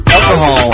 Alcohol